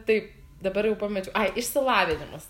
taip dabar jau pamečiau ai išsilavinimas